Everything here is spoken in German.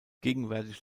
gegenwärtig